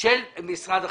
של משרד החקלאות.